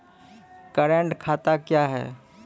Current खाता क्या हैं?